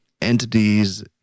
entities